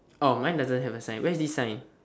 oh mine doesn't have a sign where's this sign